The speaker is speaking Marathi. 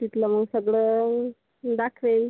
तिथलं मग सगळं दाखवेन